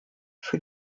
für